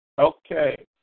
Okay